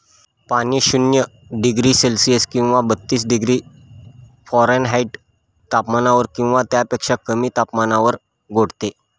पाणी शून्य degree Celsius किंवा बत्तीस डिग्री फॅरेनहाईट तापमानावर किंवा त्यापेक्षा कमी तापमानावर गोठते